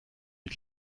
mit